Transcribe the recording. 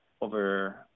over